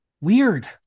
Weird